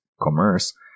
commerce